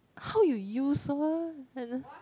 how you use so